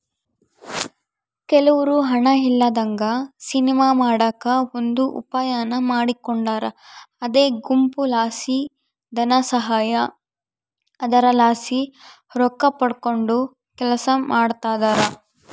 ಕೆಲವ್ರು ಹಣ ಇಲ್ಲದಂಗ ಸಿನಿಮಾ ಮಾಡಕ ಒಂದು ಉಪಾಯಾನ ಮಾಡಿಕೊಂಡಾರ ಅದೇ ಗುಂಪುಲಾಸಿ ಧನಸಹಾಯ, ಅದರಲಾಸಿ ರೊಕ್ಕಪಡಕಂಡು ಕೆಲಸ ಮಾಡ್ತದರ